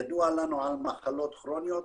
ידוע לנו על מחלות כרוניות,